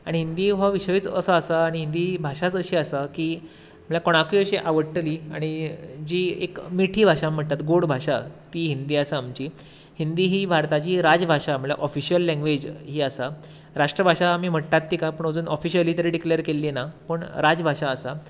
आनी हिंदी हो विशयूच असो आसा आनी हिंदी भाशाच अशी आसा की म्हळ्यार कोणाकूय अशी आवडटली आनी जी एक मिठी भाशा म्हणटात गोड भाशा ती हिंदी आसा आमची हिंदी ही भारताची राज भाशा म्हळ्यार ऑफिशीयल लेंगवेज ही आसा राष्ट्र भाशा आमी म्हणटात तिका पूण अजून ऑफिशयली तरी डिक्लेर केल्ली ना पूण राज भाशा आसा